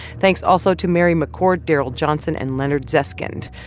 thanks also to mary mccord, daryl johnson and leonard zeskind.